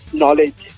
knowledge